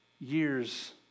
years